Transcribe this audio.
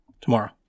Tomorrow